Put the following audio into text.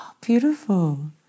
Beautiful